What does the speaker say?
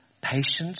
patience